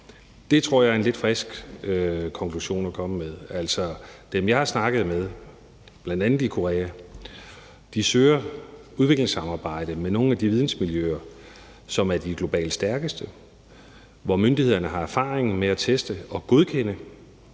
Det tror jeg er en lidt frisk konklusion at komme med. Dem, jeg har snakket med, bl.a. i Korea, søger udviklingssamarbejde med nogle af de vidensmiljøer, som er de globalt stærkeste, hvor myndighederne har erfaring med at teste og godkende,